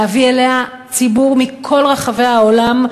להביא אליה ציבור מכל רחבי העולם,